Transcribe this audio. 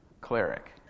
cleric